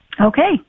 Okay